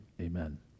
Amen